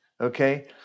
Okay